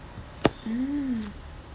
mm